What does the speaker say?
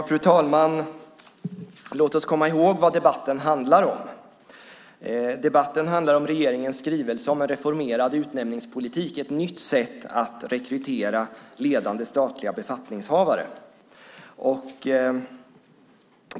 Fru talman! Låt oss komma ihåg vad debatten handlar om. Debatten handlar om regeringens skrivelse om en reformerad utnämningspolitik, ett nytt sätt att rekrytera ledande statliga befattningshavare.